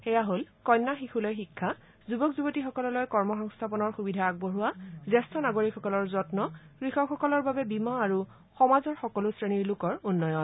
সেয়া হ'ল কন্যা শিশুলৈ শিক্ষা যুৱক যুৱতীসকললৈ কৰ্মস্থাপনৰ সুবিধা আগবঢ়োৱা জ্যেষ্ঠ নাগৰিকসকলৰ যন্ত কৃষকসকলৰ বাবে বীমা আৰু সমাজৰ সকলো শ্ৰেণীৰ লোকৰ উন্নয়ন